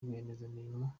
barwiyemezamirimo